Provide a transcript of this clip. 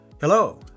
Hello